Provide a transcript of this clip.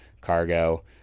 Cargo